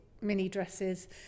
mini-dresses